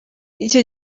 icyo